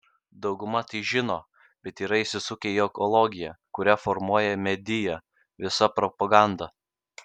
dauguma tai žino bet yra įsisukę į ekologiją kurią formuoja medija visa propaganda